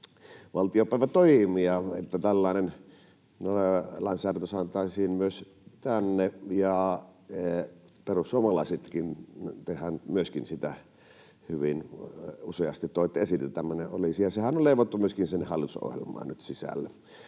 valtiopäivätoimia, että tällainen lainsäädäntö saataisiin myös tänne. Tehän myöskin, perussuomalaiset, sitä hyvin useasti toitte esille, että tämmöinen olisi. Sehän on leivottu myöskin sinne hallitusohjelmaan sisälle.